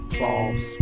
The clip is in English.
boss